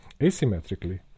asymmetrically